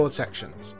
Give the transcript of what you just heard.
sections